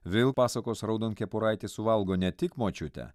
vėl pasakos raudonkepuraitė suvalgo ne tik močiutę